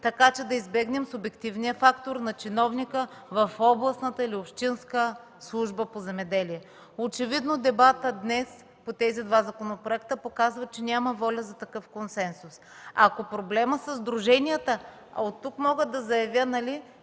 така че да избегнем субективния фактор на чиновника в областната или общинската служба по земеделие. Очевидно дебатът днес по тези два законопроекта показва, че няма воля за такъв консенсус. Ако проблемът е със сдруженията, от тук мога да заявя, че